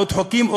עוד חוקים,